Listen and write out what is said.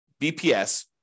BPS